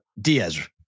Diaz